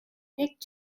nick